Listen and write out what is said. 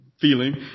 feeling